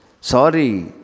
Sorry